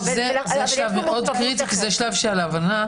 זה שלב מאוד קריטי, כי זה שלב של ההבנה.